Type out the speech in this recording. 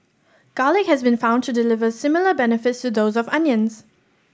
garlic has been found to deliver similar benefits to those of onions